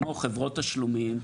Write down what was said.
כמו חברות תשלומים,